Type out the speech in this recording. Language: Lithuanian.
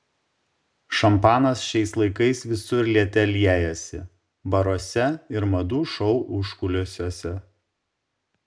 šampanas šiais laikais visur liete liejasi baruose ir madų šou užkulisiuose